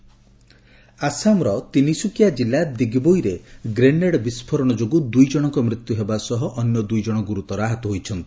Assam blast ଆସାମର ତିନିସୁକିଆ କ୍କିଲ୍ଲା ଦିଗ୍ବୋଇରେ ଗ୍ରେନେଡ୍ ବିସ୍ଫୋରଣ ଯୋଗୁଁ ଦୁଇ ଜଣଙ୍କ ମୃତ୍ୟୁ ହେବା ସହ ଅନ୍ୟ ଦୁଇ ଜଣ ଗୁରୁତର ଆହତ ହୋଇଛନ୍ତି